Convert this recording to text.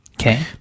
Okay